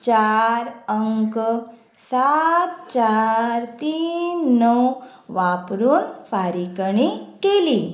चार अंक सात चार तीन णव वापरून फारीकणी केली